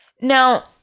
Now